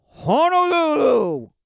Honolulu